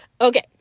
Okay